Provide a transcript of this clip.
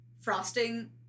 frosting